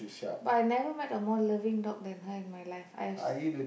but I never met a more loving dog than her in my life I've see